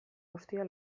guztia